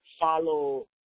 follow